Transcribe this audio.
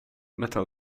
metal